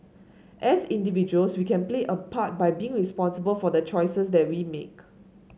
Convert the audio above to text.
as individuals we can play a part by being responsible for the choices that we make